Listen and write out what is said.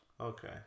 Okay